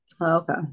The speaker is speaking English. Okay